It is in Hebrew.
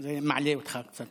זה מעלה אותך קצת